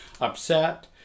upset